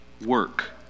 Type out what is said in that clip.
work